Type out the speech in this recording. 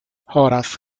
horace